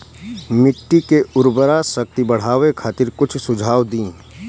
मिट्टी के उर्वरा शक्ति बढ़ावे खातिर कुछ सुझाव दी?